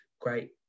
great